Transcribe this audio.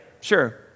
sure